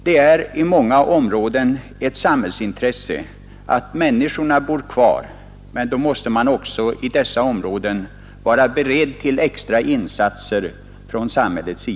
Det är i många områden ett samhällsintresse att människorna bor kvar, men då måste man också från samhällets sida vara beredd att göra extra insatser i dessa områden.